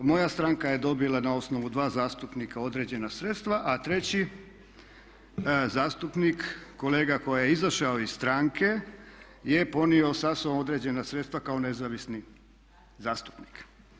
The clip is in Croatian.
Moja stranka je dobila na osnovu dva zastupnika određena sredstva, a treći zastupnik kolega koji je izašao iz stranke je ponio sa sobom određena sredstva kao nezavisni zastupnik.